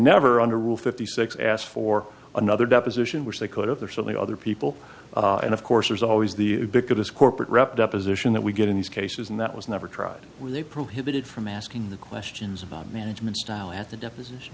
never under rule fifty six asked for another deposition which they could have there's only other people and of course there's always the biggest corporate rep deposition that we get in these cases and that was never tried when they prohibited from asking the questions about management style at the deposition